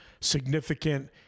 significant